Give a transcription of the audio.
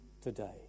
today